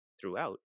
throughout